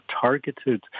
targeted